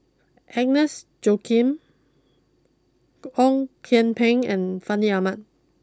Agnes Joaquim Ong Kian Peng and Fandi Ahmad